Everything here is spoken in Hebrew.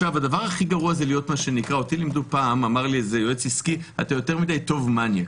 הדבר הכי גרוע אמר לי איזה יועץ עסקי "אתה יותר מדי טוב מניאק".